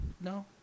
no